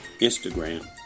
Instagram